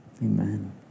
Amen